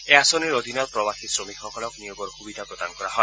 এই আঁচনিৰ অধীনত প্ৰৱাসী শ্ৰমিকসকলক নিয়োগৰ সুবিধা প্ৰদান কৰা হয়